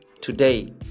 today